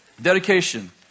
Dedication